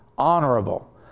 honorable